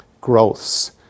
growths